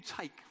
take